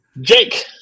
Jake